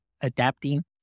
adapting